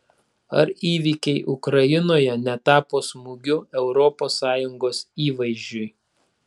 ar įvykiai ukrainoje netapo smūgiu europos sąjungos įvaizdžiui